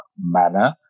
manner